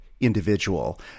individual